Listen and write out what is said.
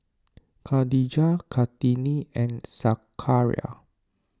Khadija Kartini and Zakaria